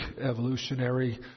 evolutionary